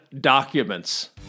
documents